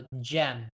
gem